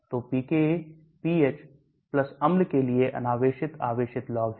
तो pKa pH अम्ल के लिए अनावेशितआवेशित log है